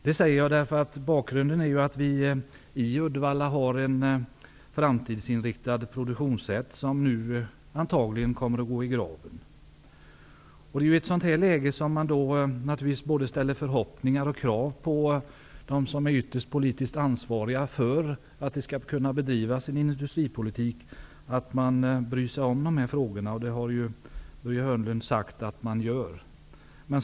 Det finns i fabriken i Uddevalla ett framtidsinriktat produktionssätt som nu antagligen kommer att gå i graven. Det är i ett sådant här läge som förhoppningarna och kraven ställs till att de politiskt ytterst ansvariga bedriver en industripolitik och att man bryr sig om dessa frågor, och det har Börje Hörnlund sagt att man gör.